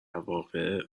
واقع